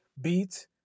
beat